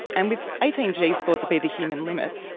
and with eighteen gs thought to be the human limit,